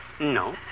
No